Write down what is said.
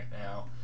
now